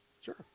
Sure